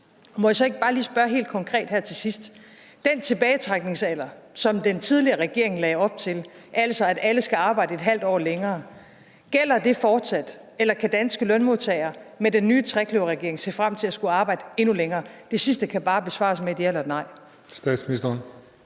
Må jeg så ikke bare lige spørge helt konkret her til sidst: Gælder den tilbagetrækningsalder, som den tidligere regering lagde op til, altså at alle skal arbejde et halvt år længere, fortsat? Eller kan danske lønmodtagere med den nye trekløverregering se frem til at skulle arbejde endnu længere? Det sidste kan bare besvares med et ja eller et